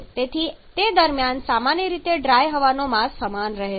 તેથી તે દરમિયાન સામાન્ય રીતે ડ્રાય હવાનો માસ સમાન રહે છે